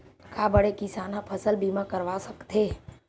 का बड़े किसान ह फसल बीमा करवा सकथे?